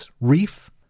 Reef